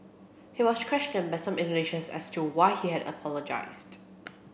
he was questioned by some Indonesians as to why he had apologised